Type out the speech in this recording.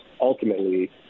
ultimately